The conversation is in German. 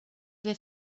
wir